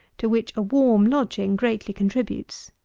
to which a warm lodging greatly contributes.